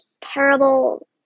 terrible